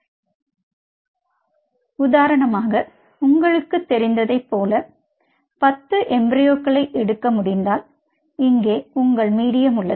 எனவே உதாரணமாக உங்களுக்குத் தெரிந்ததைப் போல 10 எம்ப்ரயோக்களை எடுக்க முடிந்தால் இங்கே உங்கள் மீடியம் உள்ளது